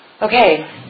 Okay